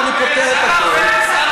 ואני פותר את הכול.